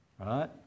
Right